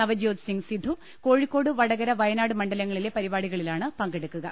നവജോദ് സിങ് സിദ്ദു കോഴിക്കോട് വടകര വയനാട് മണ്ഡല ങ്ങളിലെ പരിപാടികളിലാണ് പങ്കെടുക്കുക